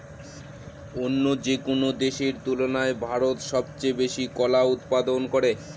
অন্য যেকোনো দেশের তুলনায় ভারত সবচেয়ে বেশি কলা উৎপাদন করে